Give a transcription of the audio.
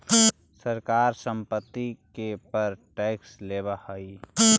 सरकार संपत्ति के पर टैक्स लेवऽ हई